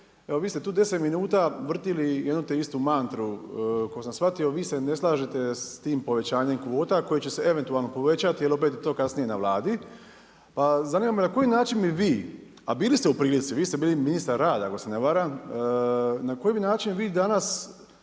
evo vi ste tu 10 minuta vrtili jednu te istu mantru. Koliko sam shvatio vi se ne slažete sa tim povećanjem kvota koje će se eventualno povećati, jer je to kasnije na Vladi. Pa zanima me, na koji način bi vi, a bili ste u prilici, vi ste bili ministar rada ako se ne varam. Na koji bi način vi danas